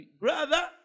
brother